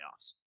playoffs